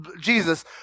Jesus